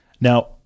Now